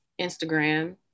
Instagram